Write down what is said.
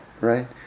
right